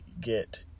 get